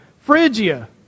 Phrygia